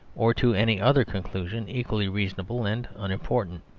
or to any other conclusion equally reasonable and unimportant.